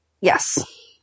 Yes